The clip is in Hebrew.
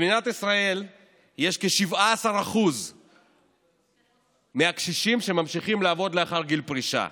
שבמדינת ישראל כ-17% מהקשישים ממשיכים לעבוד לאחר גיל פרישה.